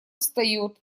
встает